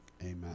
Amen